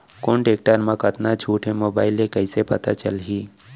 कोन टेकटर म कतका छूट हे, मोबाईल ले कइसे पता चलही?